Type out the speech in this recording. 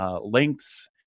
Lengths